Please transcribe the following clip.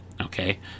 okay